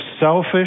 selfish